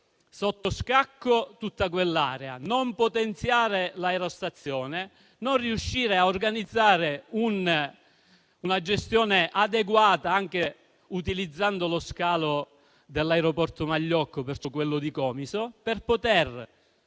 sotto scacco tutta quell'area, senza potenziare l'aerostazione o riuscire ad organizzare una gestione adeguata ed ottimale, anche utilizzando lo scalo dell'aeroporto Magliocco, di